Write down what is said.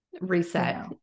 reset